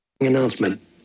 Announcement